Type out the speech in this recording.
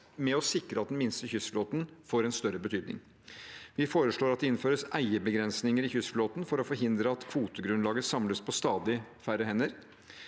med å sikre at den minste kystflåten får en større betydning. Vi foreslår at det innføres eierbegrensninger i kystflåten for å forhindre at kvotegrunnlaget samles på stadig færre hender.